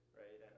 right